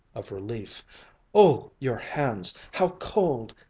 of relief oh, your hands, how cold!